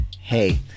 Hey